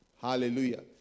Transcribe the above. Hallelujah